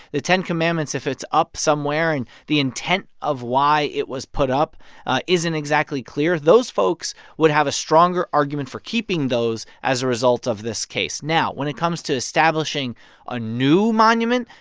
the ten commandments if it's up somewhere, and the intent of why it was put up isn't exactly exactly clear, those folks would have a stronger argument for keeping those as a result of this case. now, when it comes to establishing a new monument,